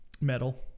Metal